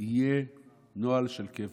יהיה נוהל של קבע.